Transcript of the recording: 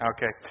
Okay